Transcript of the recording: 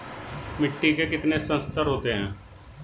मिट्टी के कितने संस्तर होते हैं?